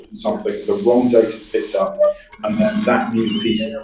something, the wrong date picked up. and that news piece,